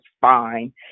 fine